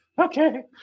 okay